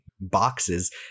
boxes